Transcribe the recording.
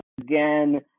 again